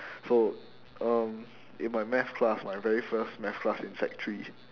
so um in my math class my very first math class in sec three